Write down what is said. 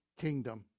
kingdom